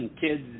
kids